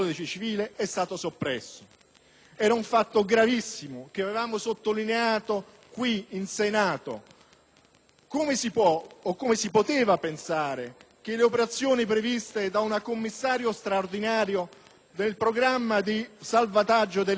Era un fatto gravissimo che avevamo sottolineato al Senato. Come si può o come si poteva pensare che le operazioni previste da un commissario straordinario del programma di salvataggio delle imprese in stato di insolvenza